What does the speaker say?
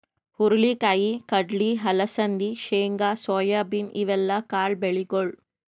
ಹುರಳಿ ಕಾಯಿ, ಕಡ್ಲಿ, ಅಲಸಂದಿ, ಶೇಂಗಾ, ಸೋಯಾಬೀನ್ ಇವೆಲ್ಲ ಕಾಳ್ ಬೆಳಿಗೊಳ್